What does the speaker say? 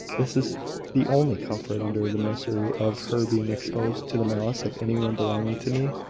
this is the only comfort under the misery of her being exposed to the malice of any one belonging to me.